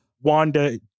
Wanda